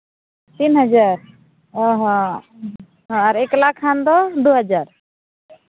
ᱛᱤᱱ ᱦᱟᱡᱟᱨ ᱚ ᱦᱚᱸ ᱟᱨ ᱮᱠᱞᱟ ᱠᱷᱟᱱ ᱫᱚ ᱫᱩ ᱦᱟᱡᱟᱨ